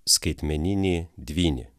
skaitmeninį dvynį